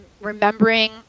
remembering